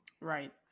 Right